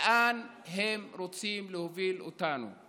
לאן הם רוצים להוביל אותנו,